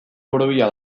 borobila